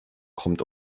kommt